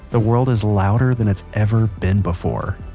the world is louder than it's ever been before